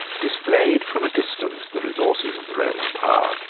displayed from a distance the resources of the roman power,